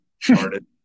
started